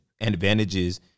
advantages